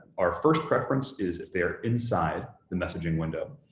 our first preference is there inside the messaging window,